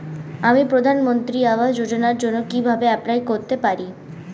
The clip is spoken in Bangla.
আমি প্রধানমন্ত্রী আবাস যোজনার জন্য কিভাবে এপ্লাই করতে পারি?